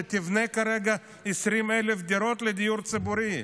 שתבנה כרגע 20,000 דירות לדיור הציבורי.